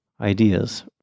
ideas